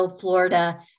Florida